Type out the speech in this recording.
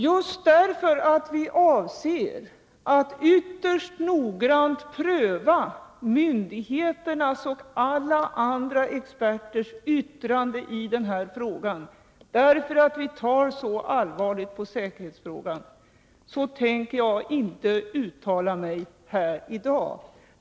Just därför att vi avser att ytterst noggrant pröva myndigheternas och alla andra experters yttranden i den här frågan, eftersom vi tar så allvarligt på säkerhetsfrågan, tänker jag inte uttala mig här i dag.